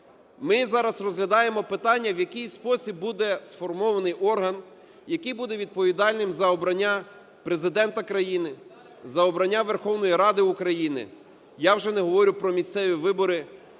Ми зараз розглядаємо питання, в який спосіб буде сформований орган, який буде відповідальним за обрання Президента країни, за обрання Верховної Ради України. Я вже не говорю про місцеві вибори,